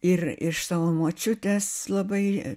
ir iš savo močiutės labai